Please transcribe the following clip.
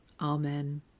Amen